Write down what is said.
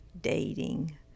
dating